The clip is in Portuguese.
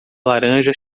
laranja